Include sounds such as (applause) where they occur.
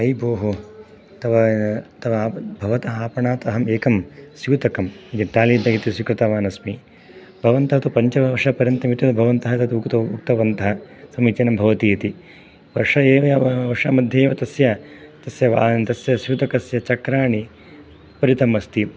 अयि भोः तव भवतः आपणात् अहम् एकं स्यूतकं (unintelligible) स्वीकृतवान् अस्मि भवन्तः तु पञ्चवर्षपर्यन्तम् (unintelligible) भवन्तः तद् उक्तवन्तः समीचीनं भवति इति वर्षम् एव वर्षमध्ये एव तस्य तस्य तस्यस्यूतकस्य चक्राणि ऋतम् अस्ति